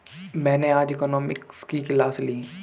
मैंने आज इकोनॉमिक्स की क्लास ली